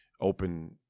open